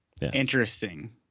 Interesting